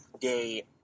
day